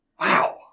Wow